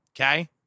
Okay